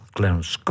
Clarence